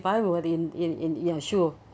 if I were in in in your shoe